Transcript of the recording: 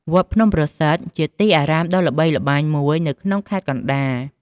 វត្តភ្នំប្រសិទ្ធ ជាទីអារាមដ៏ល្បីល្បាញមួយនៅក្នុងខេត្តកណ្ដាល។